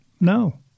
No